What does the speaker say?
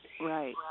right